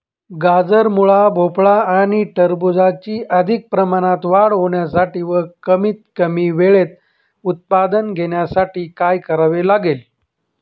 गाजर, मुळा, भोपळा आणि टरबूजाची अधिक प्रमाणात वाढ होण्यासाठी व कमीत कमी वेळेत उत्पादन घेण्यासाठी काय करावे लागेल?